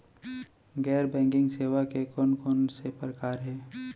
गैर बैंकिंग सेवा के कोन कोन से प्रकार हे?